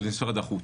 ולמשרד החוץ.